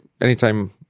anytime